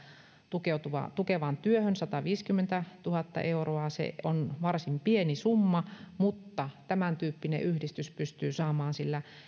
tukevaan tukevaan työhön sataviisikymmentätuhatta euroa se on varsin pieni summa mutta tämäntyyppinen yhdistys pystyy saamaan sillä